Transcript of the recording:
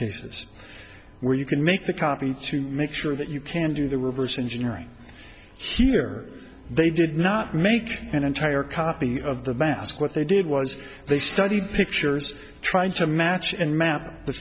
cases where you can make the copy to make sure that you can do the reverse engineering here they did not make an entire copy of the mask what they did was they studied pictures trying to match and map the